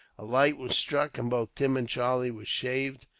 a light was struck, and both tim and charlie were shaved,